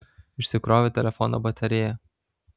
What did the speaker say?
išsikrovė telefono batarėja